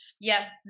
Yes